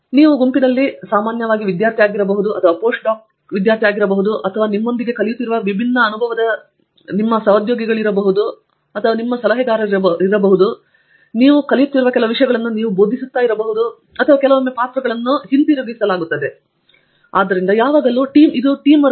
ನೀವು ಗುಂಪಿನಲ್ಲಿ ಸಾಮಾನ್ಯವಾಗಿ ವಿದ್ಯಾರ್ಥಿ ಅಥವಾ ಒಂದು ಪೋಸ್ಟ್ ಡಾಕ್ ಆಗಿರುತ್ತೀರಿ ಮತ್ತು ಆದ್ದರಿಂದ ನಿಮ್ಮೊಂದಿಗೆ ಕಲಿಯುತ್ತಿರುವ ಕೆಲವು ವಿಭಿನ್ನ ಅನುಭವವಿರುವ ಜನರಿದ್ದಾರೆ ನೀವು ಕಲಿಯುತ್ತಿರುವ ಕೆಲವು ನೀವು ಬೋಧಿಸುತ್ತಿರುವುದು ಮತ್ತು ಕೆಲವೊಮ್ಮೆ ಪಾತ್ರಗಳನ್ನು ಹಿಂತಿರುಗಿಸಲಾಗುತ್ತದೆ ಮತ್ತು ಆದ್ದರಿಂದ ನೀವು ಆರಾಮದಾಯಕವಾಗಬೇಕಾದ ಪ್ರಕ್ರಿಯೆ ಮತ್ತು ನೀವು ಅರ್ಥಮಾಡಿಕೊಳ್ಳಬೇಕಾಗಿದೆ